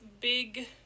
big